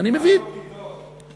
אני מבין, פעמיים כי טוב.